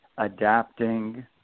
adapting